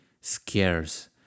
scarce